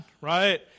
right